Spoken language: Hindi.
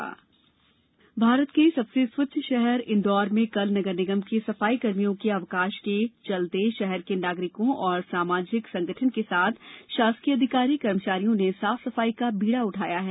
साफ सफाई बीडा भारत के सबसे स्वच्छ शहर इंदौर में कल नगर निगम के सफाई कर्मियों के अवकाश के रहने के चलते शहर के नागरिकों और सामाजिक संगठन के साथ शासकीय अधिकारी कर्मचारियों ने साफ सफाई का बीड़ा उठाया हैं